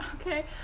Okay